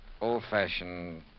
old-fashioned